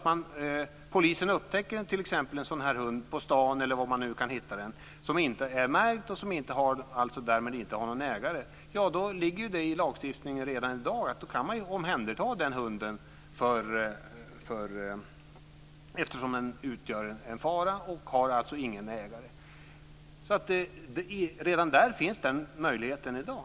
Om polisen upptäcker en sådan här hund på stan, eller var man nu kan hitta den, som inte är märkt och som därmed inte har någon ägare ligger det redan i dag i lagstiftningen att man kan omhänderta den hunden, eftersom den utgör en fara och inte har någon ägare. Den möjligheten finns redan i dag.